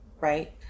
right